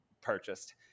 purchased